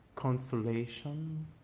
consolation